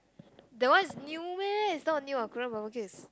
that one is new meh is not new what Korean barbeque is